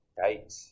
Right